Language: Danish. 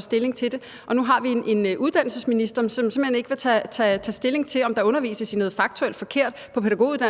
stilling til det, og nu har vi en uddannelsesminister, som simpelt hen ikke vil tage stilling til, om der undervises i noget faktuelt forkert på pædagoguddannelsen